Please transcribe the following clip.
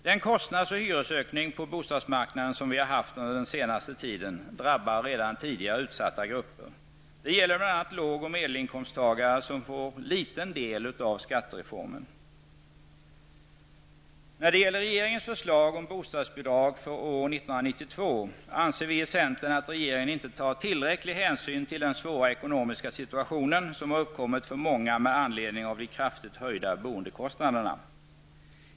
Den kostnads och hyresökning på bostadsmarknaden som vi har haft under den senaste tiden drabbar redan tidigare utsatta grupper. Det gäller bl.a. låg och medelinkomsttagare, som får liten del av skattereformen. När det gäller regeringens förslag om bostadsbidrag för år 1992, anser vi i centern att regeringen inte tar tillräcklig hänsyn till den svåra ekonomiska situation som har uppkommit för många med anledning av de kraftigt höjda boendekostnaderna.